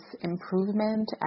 improvement